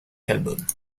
albums